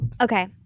Okay